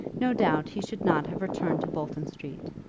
no doubt he should not have returned to bolton street.